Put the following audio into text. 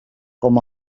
com